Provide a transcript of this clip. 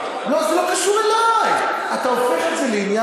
אתה רוצה מי שחושב כמוך.